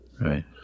Right